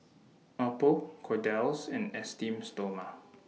Oppo Kordel's and Esteem Stoma